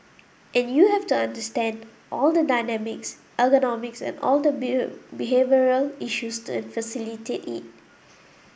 and you have to understand all the dynamics ergonomics all the behavioural issues and facilitate it